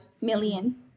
million